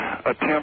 attempt